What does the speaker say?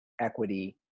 equity